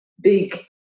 Big